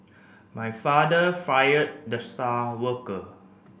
my father fired the star worker